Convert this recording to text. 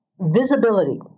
Visibility